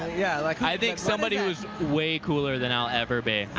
yeah like i think somebody who's way cooler than i'll ever be. i